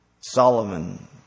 Solomon